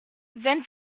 vingt